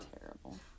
Terrible